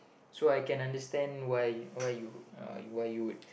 so I can understand why you why why you would